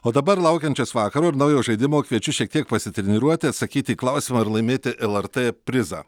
o dabar laukiančius vakaro ir naujo žaidimo kviečiu šiek tiek pasitreniruoti atsakyti į klausimą ir laimėti lrt prizą